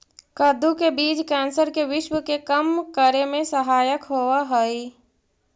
कद्दू के बीज कैंसर के विश्व के कम करे में सहायक होवऽ हइ